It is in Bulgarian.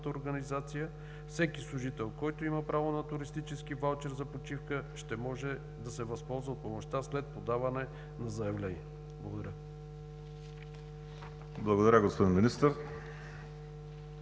организация всеки служител, който има право на туристически ваучер за почивка, да може да се възползва от помощта след подаване на заявление. Благодаря. ПРЕДСЕДАТЕЛ ВАЛЕРИ